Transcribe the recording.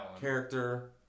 character